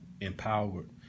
empowered